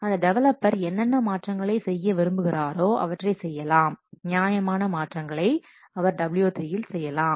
அந்த டெவலப்பர் என்னென்ன மாற்றங்களை செய்ய விரும்புகிறாரோ அவற்றை செய்யலாம் நியாயமான மாற்றங்களை அவர் W3 இல் செய்யலாம்